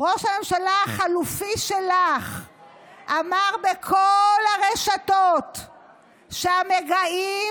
ראש הממשלה החליפי שלך אמר בכל הרשתות שהמגעים